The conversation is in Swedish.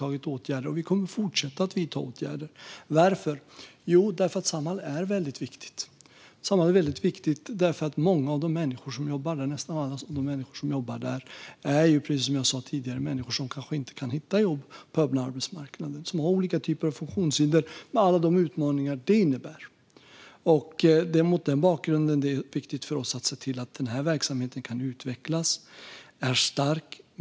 Vi har vidtagit åtgärder, och vi kommer att fortsätta att vidta åtgärder. Varför? Jo, för att Samhall är väldigt viktigt. Samhall är väldigt viktigt därför att nästan alla människor som jobbar där är människor som, precis som jag sa tidigare, kanske inte kan hitta jobb på den öppna arbetsmarknaden och som har olika typer av funktionshinder med alla utmaningar det innebär. Det är mot den bakgrunden viktigt för oss att se till att den verksamheten kan utvecklas och att den är stark.